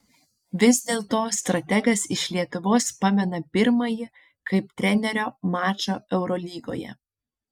vis dėlto strategas iš lietuvos pamena pirmąjį kaip trenerio mačą eurolygoje